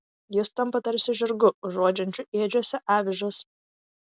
jis tampa tarsi žirgu užuodžiančiu ėdžiose avižas